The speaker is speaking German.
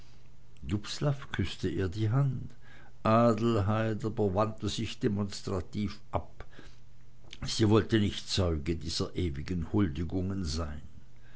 küßte ihr die hand adelheid aber wandte sich demonstrativ ab sie wollte nicht zeuge dieser ewigen huldigungen sein